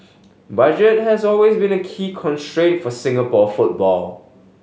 budget has always been a key constraint for Singapore football